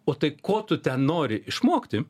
o tai ko tu ten nori išmokti